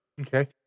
Okay